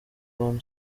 one